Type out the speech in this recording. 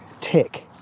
tick